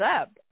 up